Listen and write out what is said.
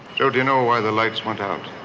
joe, do you know why the lights went out?